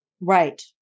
Right